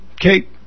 Okay